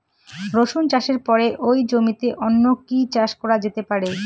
রসুন চাষের পরে ওই জমিতে অন্য কি চাষ করা যেতে পারে?